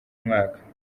mwaka